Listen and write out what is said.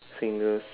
fingers